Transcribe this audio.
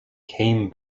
came